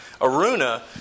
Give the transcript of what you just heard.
Aruna